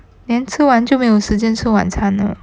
then 吃完就没有时间吃晚餐了